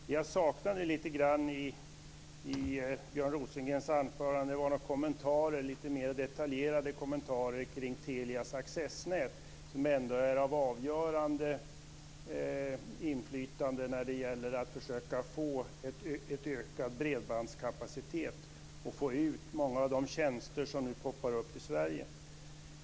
Det jag saknade lite grann i Björn Rosengrens anförande var lite mer detaljerade kommentarer kring Telias accessnät som ändå har avgörande inflytande när det gäller att försöka få en ökad bredbandskapacitet och få ut många av de tjänster som nu poppar upp i Sverige.